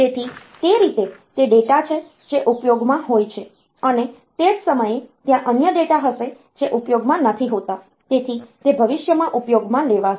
તેથી તે રીતે તે ડેટા છે જે ઉપયોગમાં હોય છે અને તે જ સમયે ત્યાં અન્ય ડેટા હશે જે ઉપયોગમાં નથી હોતો તેથી તે ભવિષ્યમાં ઉપયોગમાં લેવાશે